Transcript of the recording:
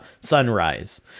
sunrise